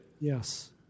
Yes